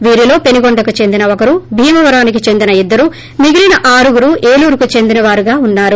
వీరిలో పెనుగొండకు చెందిన ఒకరు భీమవరంకు చెందిన ఇద్దరు మిగిలీన ఆరుగురు ఏలూరుకు చెందిన వారుగా ఉన్నారు